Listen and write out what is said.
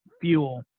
fuel